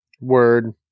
Word